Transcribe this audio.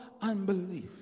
unbelief